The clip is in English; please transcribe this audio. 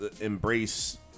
embrace